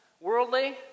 worldly